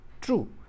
True